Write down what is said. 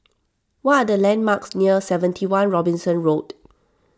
what are the landmarks near seventy one Robinson Road